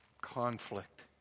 conflict